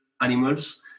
animals